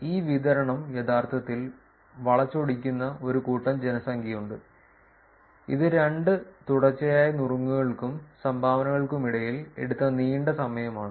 ഈ വിതരണം യഥാർത്ഥത്തിൽ വളച്ചൊടിക്കുന്ന ഒരു കൂട്ടം ജനസംഖ്യയുണ്ട് ഇത് രണ്ട് തുടർച്ചയായ നുറുങ്ങുകൾക്കും സംഭാവനകൾക്കുമിടയിൽ എടുത്ത നീണ്ട സമയമാണ്